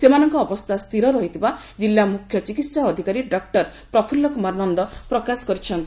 ସେମାନଙ୍କ ଅବସ୍ଥା ସ୍ଥିର ରହିଥିବା ଜିଲ୍ଲା ମୁଖ୍ୟ ଚିକିହା ଅଧିକାର ଡକ୍ଟର ପ୍ରପୁଲ୍ଲ କୁମାର ନ କରିଛନ୍ତି